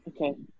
Okay